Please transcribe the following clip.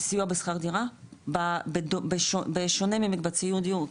סיוע בשכר דירה, בשונה ממקבצי דיור,